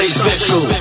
special